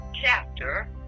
chapter